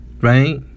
right